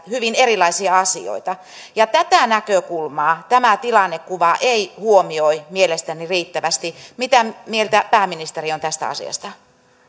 hyvin erilaisia asioita ja tätä näkökulmaa tämä tilannekuva ei huomioi mielestäni riittävästi mitä mieltä pääministeri on tästä asiasta